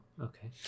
okay